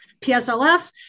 PSLF